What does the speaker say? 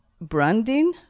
branding